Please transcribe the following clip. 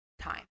time